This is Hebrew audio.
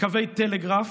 קווי טלגרף,